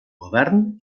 govern